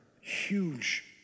huge